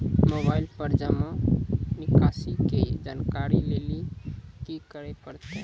Mobile पर जमा निकासी के जानकरी लेली की करे परतै?